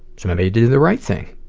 somebody do the right thing.